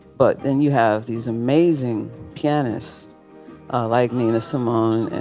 but then you have these amazing pianists like nina simone and